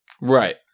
Right